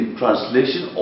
translation